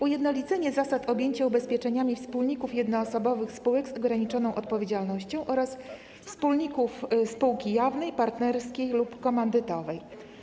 Ujednolicenie zasad objęcia ubezpieczeniami wspólników jednoosobowych spółek z ograniczoną odpowiedzialnością oraz wspólników spółki jawnej, partnerskiej lub komandytowej.